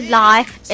life